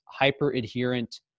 hyperadherent